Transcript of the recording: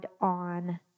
on